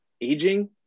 aging